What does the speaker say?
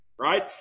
right